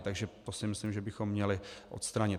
Takže to si myslím, že bychom měli odstranit.